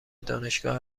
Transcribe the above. دانشگاه